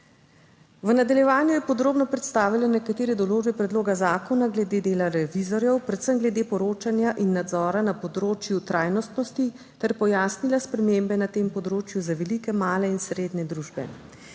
V nadaljevanju je podrobno predstavila nekatere določbe predloga zakona glede dela revizorjev, predvsem glede poročanja in nadzora na področju trajnostnosti, ter pojasnila spremembe na tem področju za velike, male in srednje družbe.